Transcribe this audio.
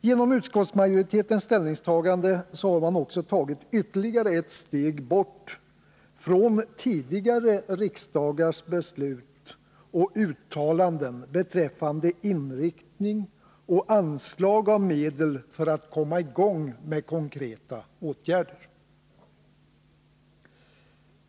Genom utskottsmajoritetens ställningstagande har man också tagit ytterligare ett steg bort från tidigare riksdagars beslut och uttalanden beträffande inriktning och anslag av medel för att komma i gång med konkreta åtgärder.